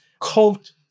cult